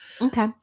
Okay